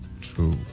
True